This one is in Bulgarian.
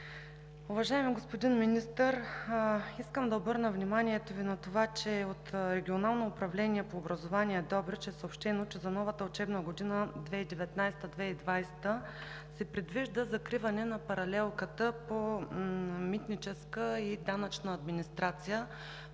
Уважаеми господин Министър, искам да обърна вниманието Ви на това, че от Регионално управление по образование – Добрич, е съобщено, че за новата учебна година – 2019 – 2020 г., се предвижда закриване на паралелката по митническа и данъчна администрация